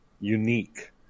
unique